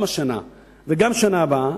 גם של השנה וגם של השנה הבאה,